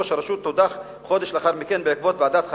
ראש הרשות הודח חודש לאחר מכן בעקבות ועדת חקירה,